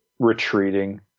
retreating